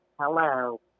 hello